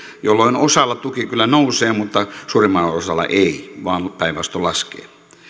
jolloin osalla tuki kyllä nousee mutta suurimmalla osalla ei vaan päinvastoin laskee